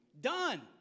Done